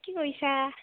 কি কৰিছা